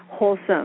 Wholesome